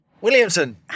Williamson